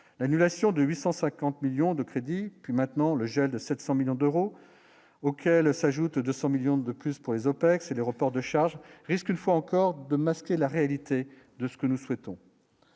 l'annulation de 850 millions de crédits et puis maintenant le gel de 700 millions d'euros auxquels s'ajoutent 200 millions de plus pour les OPEX et les reports de charges risque une fois encore de masquer la réalité de ce que nous souhaitons.